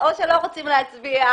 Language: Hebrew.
או שלא רוצים להצביע.